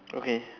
okay